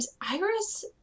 iris